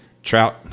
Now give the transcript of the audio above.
Trout